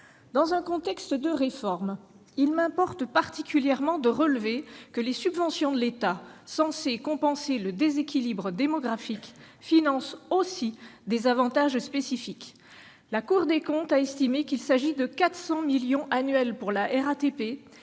Dans un contexte de réforme, il m'importe particulièrement de relever que les subventions de l'État censées compenser le déséquilibre démographique financent aussi des avantages spécifiques. La Cour des comptes a estimé qu'il s'agit de 400 millions d'euros annuels pour la RATP